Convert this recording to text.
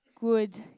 good